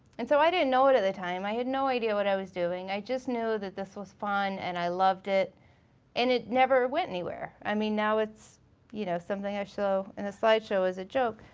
and so i didn't know it at the time. i had no idea what i was doing. i just knew that this was fun and i loved it and it never went anywhere. i mean now it's you know something i show in a slideshow as a joke.